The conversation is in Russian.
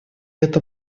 это